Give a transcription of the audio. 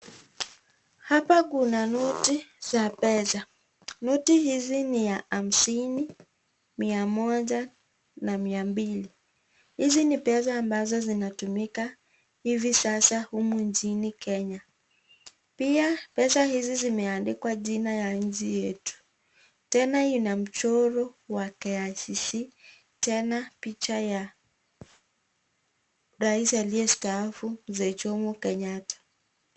Hapa kuna noti za pesa. Noti hizi ni ya hamsini, mia moja na mia mbili. Hizi ni pesa ambazo zinatumika hivi sasa humu nchini Kenya, pia pesa hizi zimeandikwa jina ya nchi yetu tena ina mchoro wa KICC tena picha ya raisi aliyestaafu, mzee Jomo Kenyatta.